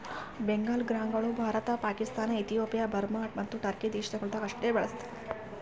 ಬೆಂಗಾಲ್ ಗ್ರಾಂಗೊಳ್ Bharat, Pakistan, Ethiopia, Burma ಮತ್ತ Turkey ದೇಶಗೊಳ್ದಾಗ್ ಅಷ್ಟೆ ಬೆಳುಸ್ತಾರ್